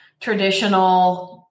traditional